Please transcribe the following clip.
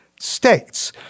states